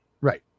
Right